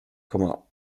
komma